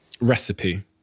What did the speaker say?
recipe